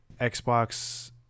Xbox